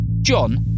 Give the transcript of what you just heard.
John